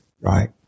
right